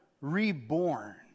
reborn